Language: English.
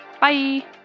Bye